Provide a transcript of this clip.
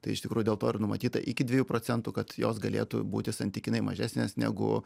tai iš tikrųjų dėl to ir numatyta iki dviejų procentų kad jos galėtų būti santykinai mažesnės negu